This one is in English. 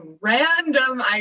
random